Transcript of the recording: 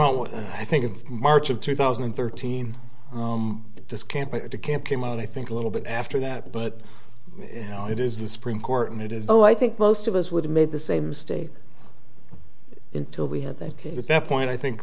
what i think of march of two thousand and thirteen just can't can't came out i think a little bit after that but you know it is the supreme court and it is oh i think most of us would have made the same state in two we had that case with that point i think